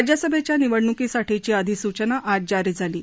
राज्यसभेच्या निवडणुकीसाठीची अधिसूचना आज जारी झाली आहे